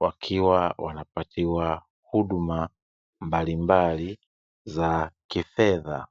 wakiwa wanapatiwa huduma mbalimbali za kifedha.